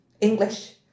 English